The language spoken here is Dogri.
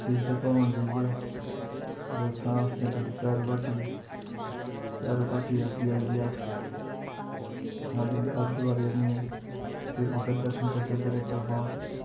फ्ही सिद्धे भवन जाइयै ते उत्थें अस जंदे उठी भैरो घाटी भैरो घाटी दा फ्ही आई गे अस आई जंदा आद्ध कुआरी आह्नियै फ्ही उद्धर दर्शन करदे उद्धर इक गुफा